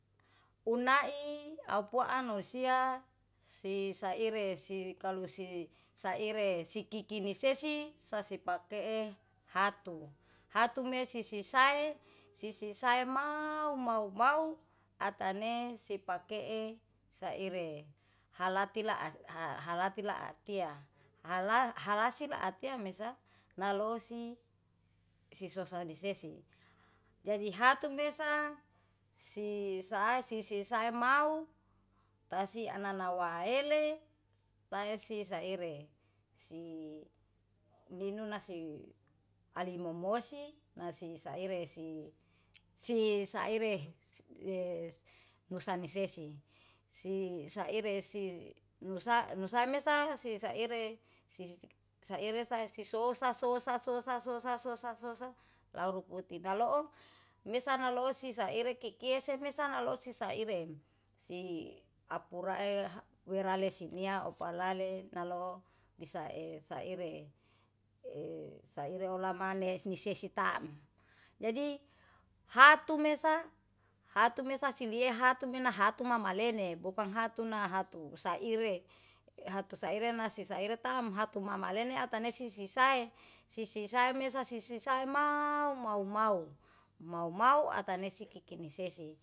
Unai aupuanusia si saire si kalu si saire siki kinisesi sasepake e hatu. Hatu me sisi sae, sisisae maau mau mau atane sipakee saire. Halati la atia, halasi atia mesa nalosi sisosadisesi. Jadi hatu mesa si sa sisi sae mau tasinanawaele tasisaire, si nunasi alimomosi nasisaire si saire e nusanisesi. Si saire si nusamesa si saire si saire sasisosa sosa sosa sosa sosa sosa lau ruputi naloo mesa nalosi saire kikiese mesa lalosi saire. Si apurae weralesinia opalale nalo bisa e saire e olamani nisesi taem. Jadi hatumesa silea hatumena hatumama lene bukan hatu nahatu saire, hatu saire nasi saire tam hatumama lene ata nesi sisae, sisisae mesa sisi sae maaau mau- mau. Mau mau ata nesi kikini sesi.